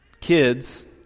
kids